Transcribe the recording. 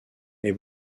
est